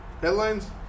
Headlines